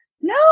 No